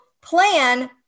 plan